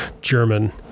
German